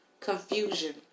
confusion